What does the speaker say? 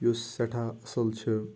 یُس سٮ۪ٹھاہ اَصٕل چھِ